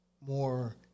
more